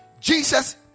jesus